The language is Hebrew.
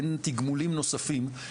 אין תגמולים נוספים.